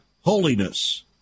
Holiness